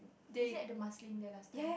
is it at the Marsiling there last time